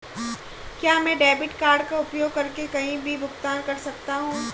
क्या मैं debit card का उपयोग करके कहीं भी भुगतान कर सकता हूं?